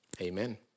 amen